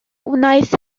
wnaeth